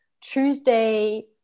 Tuesday